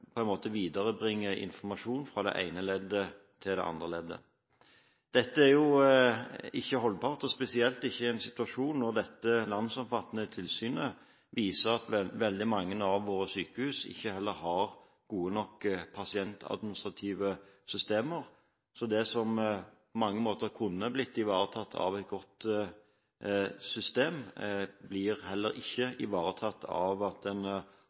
på den måten bringer videre informasjon fra det ene leddet til det andre leddet. Dette er ikke holdbart, spesielt ikke i en situasjon når dette landsomfattende tilsynet viser at veldig mange av våre sykehus heller ikke har gode nok pasientadministrative systemer. Det som på mange måter kunne blitt ivaretatt av et godt system, blir heller ikke ivaretatt ved at man får oppnevnt en